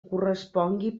correspongui